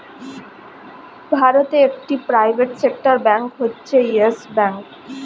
ভারতে একটি private sector bank হচ্ছে ইয়েস ব্যাঙ্ক